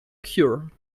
cure